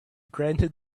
granted